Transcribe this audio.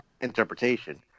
Interpretation